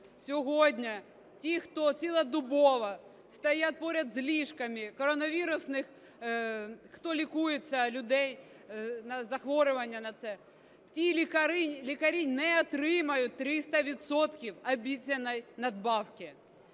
Сьогодні ті, хто цілодобово стоять поряд з ліжками коронавірусних... хто лікується, людей, на захворювання на це, ті лікарі не отримують 300 відсотків обіцяної надбавки.